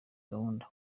gahunda